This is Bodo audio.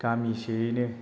गामिसेयैनो